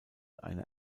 eine